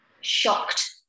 shocked